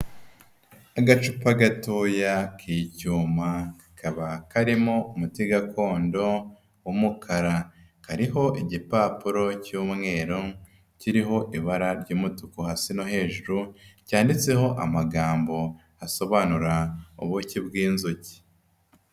Agacupa gatoya k'icyuma, kaba karimo umuti gakondo, w'umukara. Kariho igipapuro cy'umweru, kiriho ibara ry'umutuku hasi no hejuru, cyanditseho amagambo asobanura, ubuki bw'inzuki.